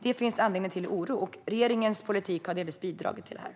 Det finns anledning till oro. Regeringens politik har delvis bidragit till det.